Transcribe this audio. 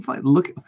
look